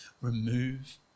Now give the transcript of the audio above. remove